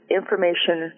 information